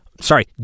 Sorry